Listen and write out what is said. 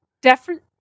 different